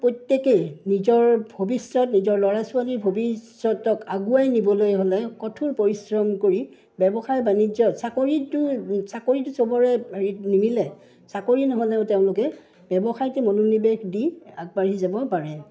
প্ৰত্যেকেই নিজৰ ভৱিষ্যত নিজৰ ল'ৰা ছোৱালীৰ ভৱিষ্যতক আগুৱাই নিবলৈ হ'লে কঠোৰ পৰিশ্ৰম কৰি ব্যৱসায় বাণিজ্যত চাকৰিটো চাকৰিটো চবৰে হেৰিত নিমিলে চাকৰি নহ'লেও তেওঁলোকে ব্যৱসায়তে মনোনিৱেশ দি আগবাঢ়ি যাব পাৰে